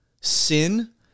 sin